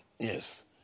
Yes